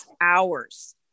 hours